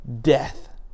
death